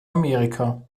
amerika